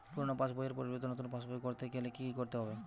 পুরানো পাশবইয়ের পরিবর্তে নতুন পাশবই ক রতে গেলে কি কি করতে হবে?